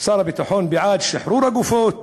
שר הביטחון בעד שחרור הגופות,